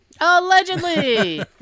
Allegedly